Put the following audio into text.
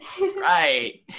Right